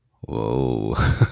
Whoa